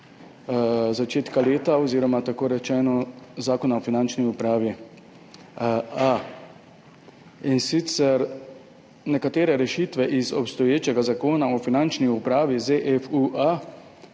začetka leta oziroma tako rečeno Zakona o finančni upravi A. In sicer, za nekatere rešitve iz obstoječega Zakona o finančni upravi ZFU-A